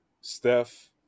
Steph